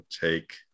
take